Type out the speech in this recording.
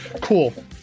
cool